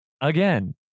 Again